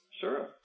Sure